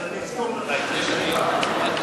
חן חן.